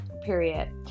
period